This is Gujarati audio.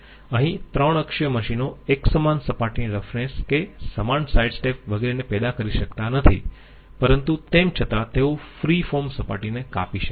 અહીં 3 અક્ષીય મશીનો એકસમાન સપાટીની રફનેસ કે એકસમાન સાઈડ સ્ટેપ વગેરેને પેદા કરી શકતા નથી પરંતુ તેમ છતાં તેઓ ફ્રી ફોર્મ સપાટીને કાપી શકે છે